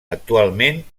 actualment